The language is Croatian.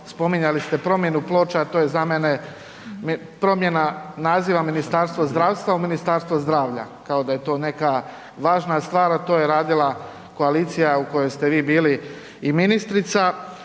spominjali ste promjenu ploča, a to je za mene promjena naziva Ministarstva zdravstva u Ministarstva zdravlja, kao da je to neka važna stvar, a to je radila koalicija u kojoj ste vi bili i ministrica.